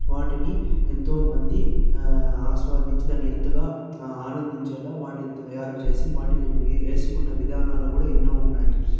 వాటిని ఎంతోమంది ఆస్వాదించి దాన్ని ఎంతగా ఆనందించేలా వాటిని తయారు చేసి వాటిని ఎసుకున్న విధానాల్లో కూడా ఎన్నో ఉన్నాయి